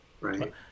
Right